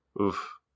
Oof